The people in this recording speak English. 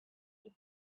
tea